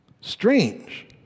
Strange